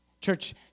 Church